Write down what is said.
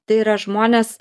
tai yra žmonės